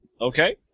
Okay